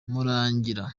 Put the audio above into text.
murangira